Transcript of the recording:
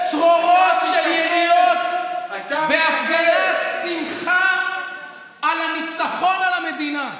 צרורות של יריות בהפגנת שמחה על הניצחון על המדינה.